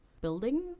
building